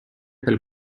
per